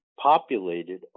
populated